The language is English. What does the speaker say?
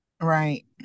right